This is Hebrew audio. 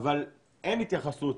אבל אין התייחסות,